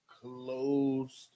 closed